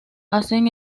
hacen